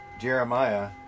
Jeremiah